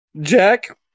Jack